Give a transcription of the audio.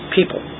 People